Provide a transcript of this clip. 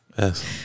Yes